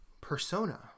Persona